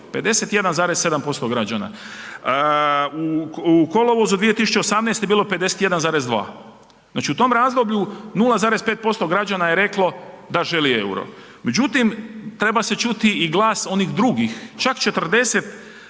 51,7% građana. U kolovozu 2018. je bilo 51,2. Znači u tom razdoblju 0,5% građana je reklo da želi euro, međutim treba se čuti i glas onih drugih, čak 40,4%